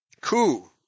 coup